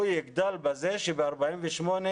הוא יגדל בזה שב-48',